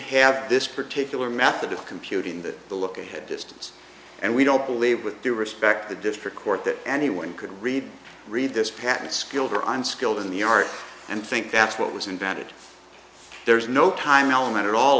have this particular method of computing that the look ahead distance and we don't believe with due respect the district court that anyone could read read this patent skilled or unskilled in the art and think that's what was invented there is no time element at all